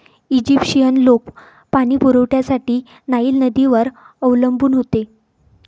Egyptian लोक पाणी पुरवठ्यासाठी नाईल नदीवर अवलंबून होते